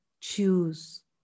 choose